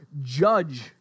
judge